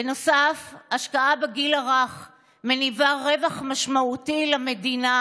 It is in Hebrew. בנוסף, השקעה בגיל הרך מניבה רווח משמעותי למדינה: